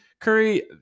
Curry